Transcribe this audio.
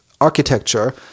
architecture